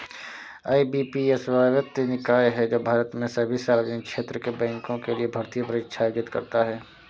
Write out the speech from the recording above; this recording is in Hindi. आई.बी.पी.एस स्वायत्त निकाय है जो भारत में सभी सार्वजनिक क्षेत्र के बैंकों के लिए भर्ती परीक्षा आयोजित करता है